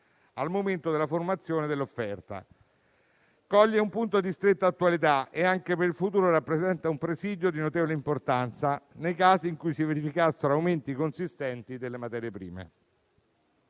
al momento della formazione dell'offerta, coglie un punto di stretta attualità e, anche per il futuro, rappresenta un presidio di notevole importanza nei casi in cui si verificassero aumenti consistenti delle materie prime.